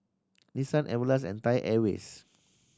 Nissan Everlast and Thai Airways